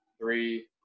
three